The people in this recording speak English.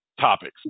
topics